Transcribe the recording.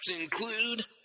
include